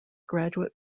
graduate